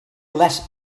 less